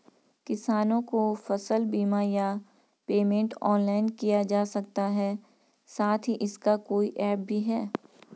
किसानों को फसल बीमा या पेमेंट ऑनलाइन किया जा सकता है साथ ही इसका कोई ऐप भी है?